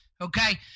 Okay